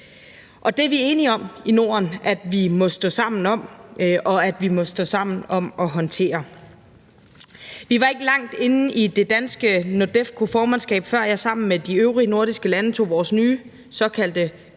Det er vi enige om i Norden vi må stå sammen om at håndtere. Vi var ikke langt inde i det danske NORDEFCO-formandskab, før jeg sammen med de øvrige nordiske lande tog vores nye såkaldte